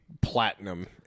platinum